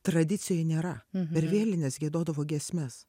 tradicijoj nėra per vėlinės giedodavo giesmes